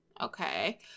Okay